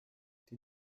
die